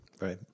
right